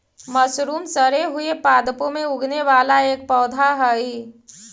mushroom सड़े हुए पादपों में उगने वाला एक पौधा हई